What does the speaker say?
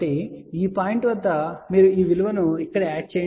కాబట్టి ఈ పాయింట్ వద్ద మీరు ఈ విలువను ఇక్కడ యాడ్ చేయండి అది j 1